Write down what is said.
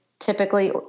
Typically